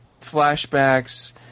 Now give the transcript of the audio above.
flashbacks